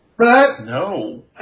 No